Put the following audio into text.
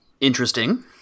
Interesting